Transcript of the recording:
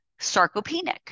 sarcopenic